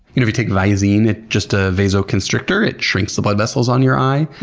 if you take visine, it's just a vasoconstrictor. it shrinks the blood vessels on your eye,